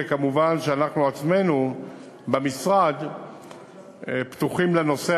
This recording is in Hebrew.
וכמובן אנחנו עצמנו במשרד פתוחים לנושא